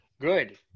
Good